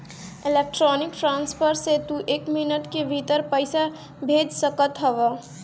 electronic transfer से तू एक मिनट के भीतर पईसा भेज सकत हवअ